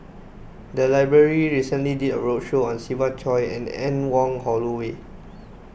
the library recently did a roadshow on Siva Choy and Anne Wong Holloway